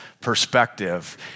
perspective